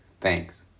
Thanks